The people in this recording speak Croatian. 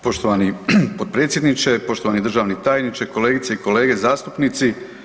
Poštovani potpredsjedniče, poštovani državni tajniče, kolegice i kolege zastupnici.